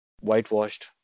whitewashed